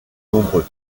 nombreux